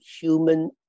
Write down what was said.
human